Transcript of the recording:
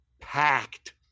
packed